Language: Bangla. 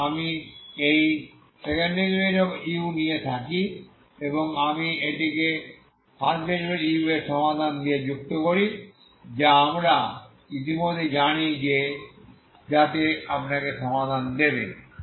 কারণ আমি এই u2 নিয়ে থাকি এবং আমি এটিকে u1 এর সমাধান দিয়ে যুক্ত করি যা আমরা ইতিমধ্যে জানি যাতে আপনাকে সমাধান দেবে